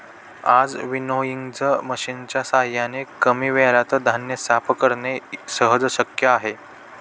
आज विनोइंग मशिनच्या साहाय्याने कमी वेळेत धान्य साफ करणे सहज शक्य आहे